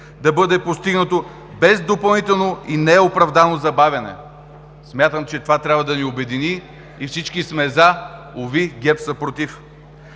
да бъде постигнато без допълнително и неоправдано забавяне“. Смятам, че това трябва да ни обедини и всички сме за, уви, ГЕРБ са против.